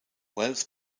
welles